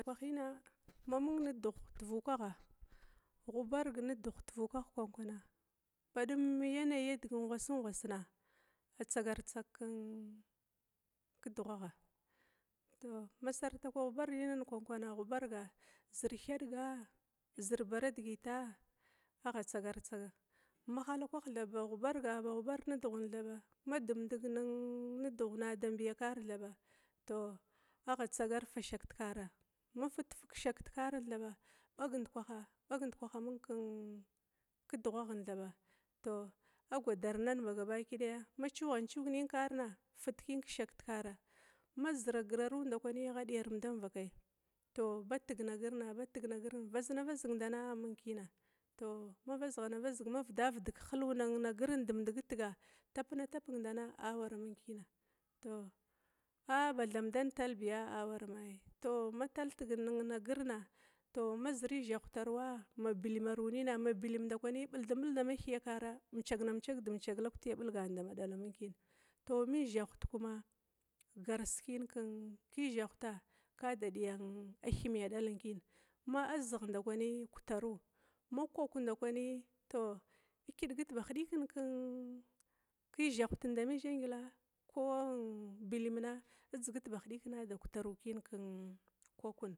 Ma mung nedugh tuvukagha, ghubarg nedugh tuvukagh kwan-kwana ba dum yanayi diga ngwa sungwasna agha tsagar-tsaga kedughagha, tou masarta kwagh-ubarga nin kwana, thadiga, zir baradigita, agha tsagartsaga, mahala kwah thaba ba ghubarhga nina ba ghubarga nedugh thaba madumdig nedugh na da mbiya kara thaba, agha tsagar fashak tikara, ma fitfig kishak tikara, thaba, bag ndukaha, bag ndukaha amung ken kedughaghin thaba tou dgwadarnana bagabaki daya ma cughant cug nin kekarana tou fitkishak ti kara mamaung zi agiraru ndakwi am diyaru tukvakai, tignagirna ba tignagirna tou vazna vazig dana amung kina, tou ma vida vida nehiluwa dumdig itiga tou tap tna tapigdana awaramin kina, tou ka bathabdan talbiya aman, mazirizhaghta ruwa ma bilmaru nina, ma bilma buldum bulga dama kara, maignamcag dimcag lakkti abilgana wara mung kina, tou mo izhaghuta kuma garskin kizhaghuta kaba da diya thimiya dalan kina ma azigh ndakwi kutaru, ma kwak ndakwi tou ithigit bahidikinan kizhaghutan da mizhadila bilna idzigit ba hidikinan, kaba kataru kin kwakwun.